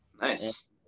Nice